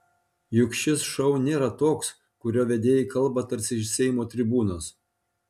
juk šis šou nėra toks kurio vedėjai kalba tarsi iš seimo tribūnos